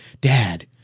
dad